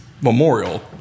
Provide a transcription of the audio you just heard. Memorial